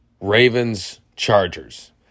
Ravens-Chargers